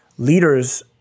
Leaders